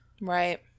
Right